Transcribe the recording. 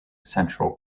central